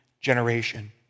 generation